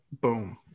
Boom